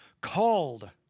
called